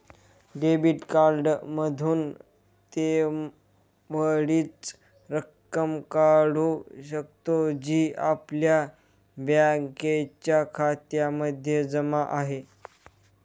debit card मधून तेवढीच रक्कम काढू शकतो, जी आपल्या बँकेच्या खात्यामध्ये जमा आहे